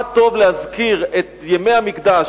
מה טוב להזכיר את ימי המקדש,